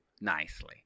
nicely